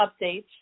updates